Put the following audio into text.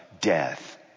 death